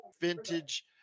vintage